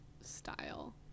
style